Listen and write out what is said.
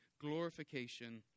glorification